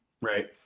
right